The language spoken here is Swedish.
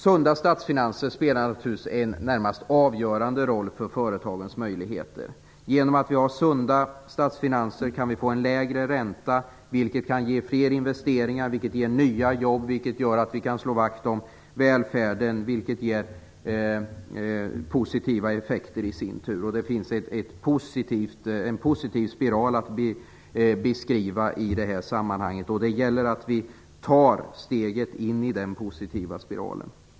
Sunda statsfinanser spelar naturligtvis en närmast avgörande roll för företagens möjligheter. Genom sunda statsfinanser kan vi få lägre ränta - vilket kan ge fler investeringar, vilket ger nya jobb, vilket gör att vi kan slå vakt om välfärden, vilket i sin tur ger positiva effekter. Det finns en positiv spiral att beskriva i det här sammanhanget. Det gäller att vi tar steget in i den positiva spiralen.